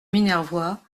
minervois